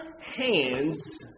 hands